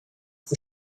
反复